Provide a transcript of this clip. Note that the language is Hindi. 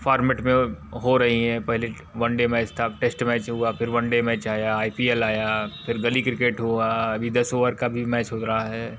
फ़ॉर्मेट में हो रही है पहले वन डे मैच था अब टेस्ट मैच हुआ फिर वन डे मैच आया आई पी एल आया फिर गली क्रिकेट हुआ अभी दस ओवर का भी मैच भी हो रहा है